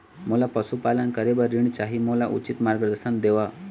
मोला पशुपालन करे बर ऋण चाही, मोला उचित मार्गदर्शन देव?